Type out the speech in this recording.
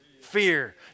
fear